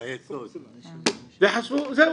וזהו,